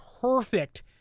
perfect